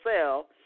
sell